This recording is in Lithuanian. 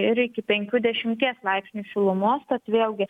ir iki penkių dešimties laipsnių šilumos tad vėlgi